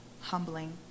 humbling